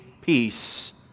peace